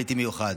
עליתי במיוחד.